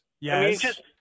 Yes